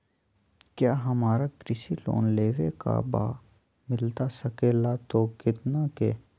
क्या हमारा कृषि लोन लेवे का बा मिलता सके ला तो कितना के?